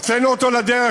הוצאנו אותו לדרך.